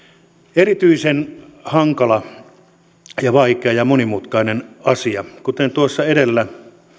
erityisen hankala vaikea ja monimutkainen asia kuten tuossa edellä